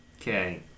Okay